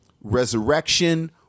Resurrection